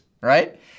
right